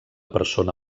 persona